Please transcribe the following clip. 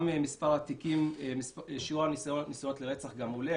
גם שיעור הניסיונות לרצח עולה,